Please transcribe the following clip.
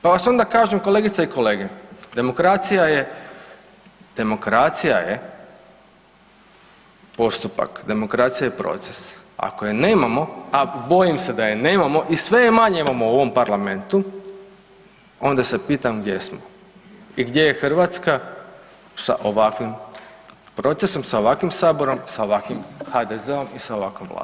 Pa vas onda kažem kolegice i kolege, demokracija je, demokracija je postupak, demokracija je proces, ako je nemamo, a bojim se da je nemamo i sve je manje imamo u ovom Parlamentu, onda se pitam gdje smo i gdje je Hrvatska sa ovakvim procesom, sa ovakvim Saborom, sa ovakvim HDZ-om i sa ovakvom Vladom.